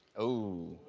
oh,